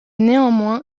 néanmoins